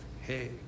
hey